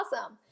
awesome